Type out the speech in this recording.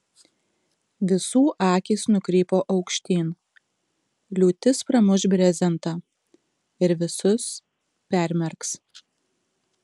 visų akys nukrypo aukštyn liūtis pramuš brezentą ir visus permerks